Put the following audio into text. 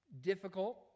difficult